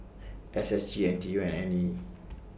S S G N T U and I E